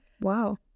wow